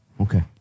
Okay